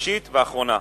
שלישית ואחרונה.